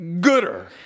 gooder